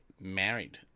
married